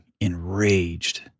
enraged